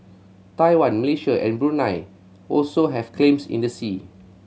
Taiwan Malaysia and Brunei also have claims in the sea